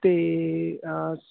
ਅਤੇ